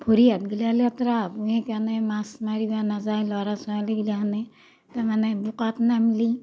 ভৰি হাতগিলা লেতেৰা হ'ব সেইকাৰণে মাছ মাৰিব নাযায় ল'ৰা ছোৱালীগিলাখানে তাৰমানে বোকাত নামিলে